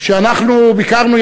אנחנו ביקרנו,